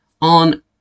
on